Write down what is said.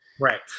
Right